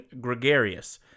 gregarious